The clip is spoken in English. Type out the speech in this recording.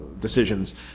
decisions